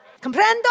Comprendo